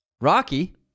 Rocky